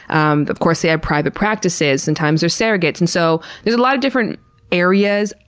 and of course, they have private practices, sometimes they're surrogates. and so there's a lot of different areas.